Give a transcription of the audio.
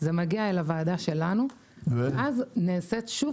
זה מגיע אל הוועדה שלנו ואז נעשית שוב